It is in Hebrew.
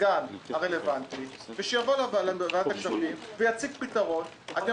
בזכות הלחץ ובזכות מה שעשיתם - צריך להוריד.